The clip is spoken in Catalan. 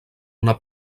una